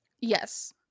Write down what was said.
Yes